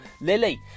Lily